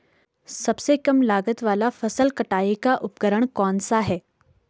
सबसे कम लागत वाला फसल कटाई का उपकरण कौन सा है?